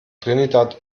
trinidad